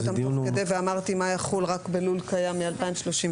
תוך כדי ואמרתי מה יחול רק בלול קיים מ-20137,